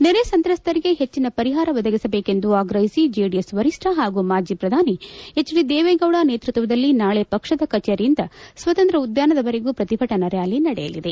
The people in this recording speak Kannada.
ನೆರೆ ಸಂತ್ರಸ್ತರಿಗೆ ಹೆಚ್ಚಿನ ಪರಿಹಾರ ಒದಗಿಸಬೇಕೆಂದು ಆಗ್ರಹಿಸಿ ಜೆಡಿಎಸ್ ವರಿಷ್ಠ ಹಾಗೂ ಮಾಜಿ ಪ್ರಧಾನಿ ಹೆಚ್ಡಿ ದೇವೇಗೌಡ ನೇತೃತ್ವದಲ್ಲಿ ನಾಳೆ ಪಕ್ಷದ ಕಚೇರಿಯಿಂದ ಸ್ವಾತಂತ್ರ್ಯ ಉದ್ಯಾನದವರೆವಿಗೂ ಪ್ರತಿಭಟನಾ ರ್ಕಾಲಿ ನಡೆಯಲಿದೆ